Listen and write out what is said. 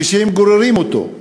כשהם גוררים אותו.